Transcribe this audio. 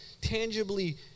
tangibly